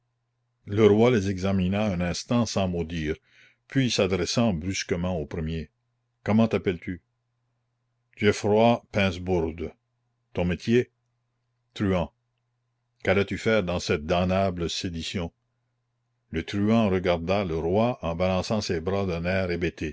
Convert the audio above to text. le roi les examina un instant sans mot dire puis s'adressant brusquement au premier comment t'appelles-tu gieffroy pincebourde ton métier truand quallais tu faire dans cette damnable sédition le truand regarda le roi en balançant ses bras d'un air